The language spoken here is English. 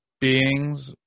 beings